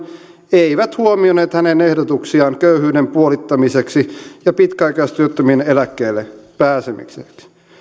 eivät huomioineet hänen ehdotuksiaan köyhyyden puolittamiseksi ja pitkäaikaistyöttömien eläkkeelle pääsemiseksi